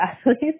athletes